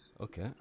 Okay